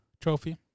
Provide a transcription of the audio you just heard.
Trophy